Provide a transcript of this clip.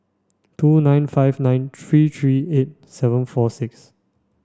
two nine five nine three three eight seven four six